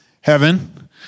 Heaven